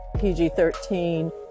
PG-13